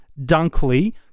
Dunkley